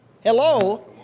Hello